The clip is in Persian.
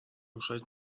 میخواهید